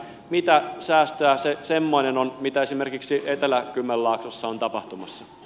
mitä säästöä se semmoinen on mitä esimerkiksi etelä kymenlaaksossa on tapahtumassa